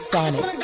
Sonic